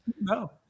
No